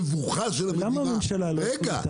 המבוכה של המדינה --- למה הממשלה לא --- רגע.